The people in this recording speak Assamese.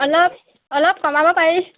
অলপ অলপ কমাব পাৰি